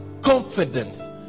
confidence